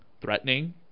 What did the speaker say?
threatening